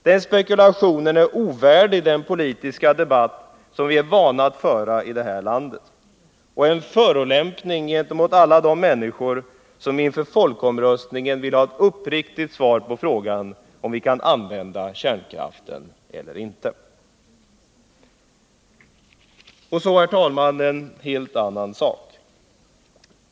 Den spekulationen är ovärdig den politiska debatt som vi är vana vid att föra i det här landet och en förolämpning gentemot alla de människor som inför folkomröstningen vill ha ett uppriktigt svar på frågan om vi kan använda kärnkraften eller inte. Så, herr talman, en helt annan sak.